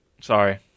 Sorry